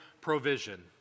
provision